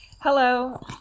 Hello